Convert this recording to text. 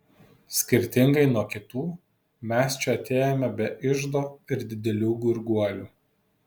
skirtingai nuo kitų mes čia atėjome be iždo ir didelių gurguolių